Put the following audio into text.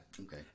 Okay